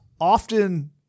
often